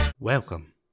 Welcome